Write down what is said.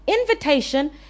invitation